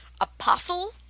Apostle